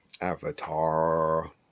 Avatar